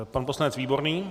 Pan poslanec Výborný.